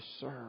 serve